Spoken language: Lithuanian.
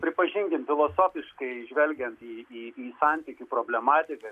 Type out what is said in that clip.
pripažinkim filosofiškai žvelgiant į į santykių problematiką